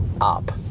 up